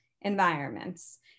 environments